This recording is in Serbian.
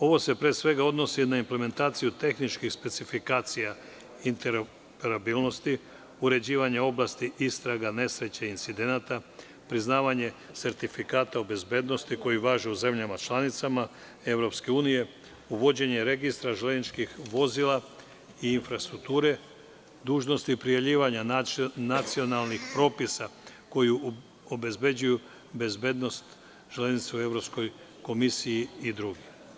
Ovo se pre svega odnosi na implementaciju tehničkih specifikacija interoperabilnosti, uređivanje oblasti, istraga nesreća, incidenata, priznavanje sertifikata o bezbednosti koji važi u zemljama članicama EU, uvođenje registra železničkih vozila i infrastrukture, dužnosti prijavljivanja nacionalnih propisa koji obezbeđuju bezbednost železnica u Evropskoj komisiji i drugi.